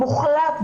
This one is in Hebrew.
מוחלט,